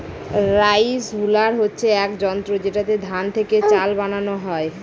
rice huller হচ্ছে এক যন্ত্র যেটাতে ধান থেকে চাল বানানো হয়